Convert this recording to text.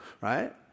right